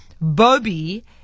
Bobby